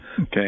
Okay